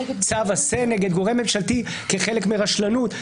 צו עשה נגד גורם ממשלתי כחלק מרשלנות.